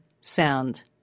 sound